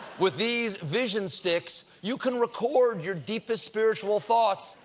with these vision sticks, you can record your deepest spiritual thoughts,